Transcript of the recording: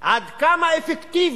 עד כמה אפקטיבי.